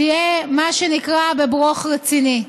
תהיה מה שנקרא בברוֹך רציני.